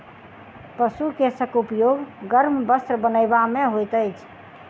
पशु केशक उपयोग गर्म वस्त्र बनयबा मे होइत अछि